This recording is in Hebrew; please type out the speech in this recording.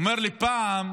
הוא אמר לי: פעם,